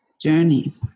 journey